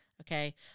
okay